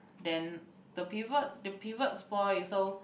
then the pivot the pivot spoil so